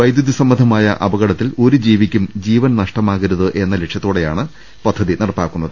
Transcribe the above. വൈദ്യുതി സംബന്ധമായ അപകടത്തിൽ ഒരു ജീവിയ്ക്കും ജീവൻ നഷ്ടമാകരു തെന്ന ലക്ഷ്യത്തോടെയാണ് പദ്ധതി നടപ്പാക്കുന്നത്